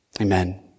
amen